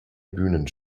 bühnen